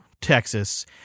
texas